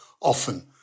often